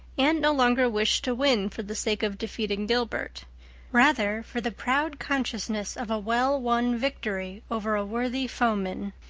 anne no longer wished to win for the sake of defeating gilbert rather, for the proud consciousness of a well-won victory over a worthy foeman.